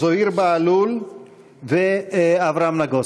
זוהיר בהלול ואברהם נגוסה.